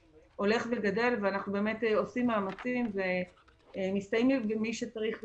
אנחנו עושים מאמצים ומסתייעים בידי מי שיכול